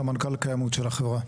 סמנכ"ל קיימות של החברה.